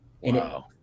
Wow